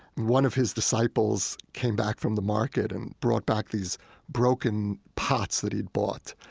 one of his disciples came back from the market and brought back these broken pots that he'd bought.